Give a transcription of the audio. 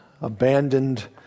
abandoned